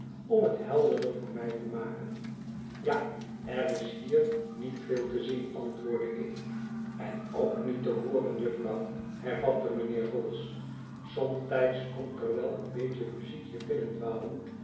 om het helderder voor mij te maken ja er is hier niet veel te zien antwoordde ik en ook niet te hooren jufvrouw hervatte mijnheer vholes somtijds komt er wel een beetje muziek